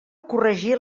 corregir